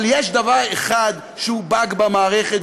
אבל יש דבר אחד שהוא באג במערכת,